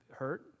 hurt